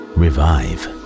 revive